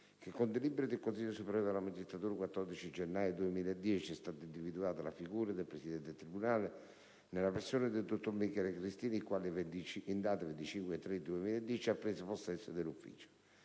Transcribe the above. che con delibera del Consiglio superiore della magistratura del 14 gennaio 2010 è stata individuata la figura del presidente del tribunale nella persona del dottor Michele Cristino il quale, in data 25 marzo 2010, ha preso possesso dell'ufficio.